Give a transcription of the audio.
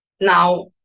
Now